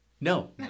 No